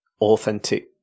authentic